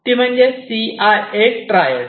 ती म्हणजे C I A triad